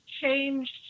changed